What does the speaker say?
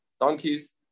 donkeys